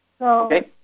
Okay